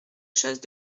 choses